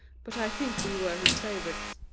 but i think we were his favorites.